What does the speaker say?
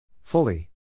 Fully